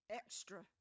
extra